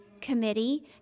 Committee